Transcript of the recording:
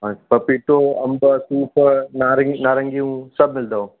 हा पपीतो अंब सूफ़ नार नारंगियूं सभु मिलंदव